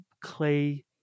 clay